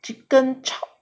chicken chop